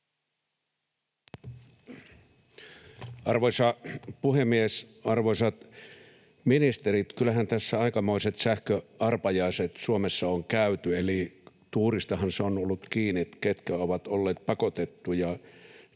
Arvoisa puhemies! Arvoisat ministerit, kyllähän tässä aikamoiset sähköarpajaiset Suomessa on käyty, eli tuuristahan se on ollut kiinni, ketkä ovat olleet pakotettuja